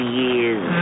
years